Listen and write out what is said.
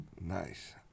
Nice